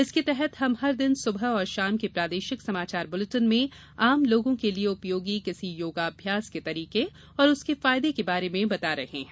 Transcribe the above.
इसके तहत हम हर दिन सुबह और शाम के प्रादेशिक समाचार बुलेटिन में आम लोगों के लिए उपयोगी किसी योगाभ्यास के तरीके और उसके फायदे के बारे में बता रहे हैं